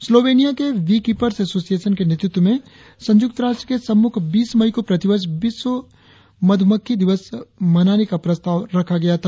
Slovenia के beekeepers association के नेतृत्व में संयुक्त राष्ट्र के सम्मुख बीस मई को प्रतिवर्ष विश्व मक्खी दिवस मनाने का प्रस्ताव रखा गया था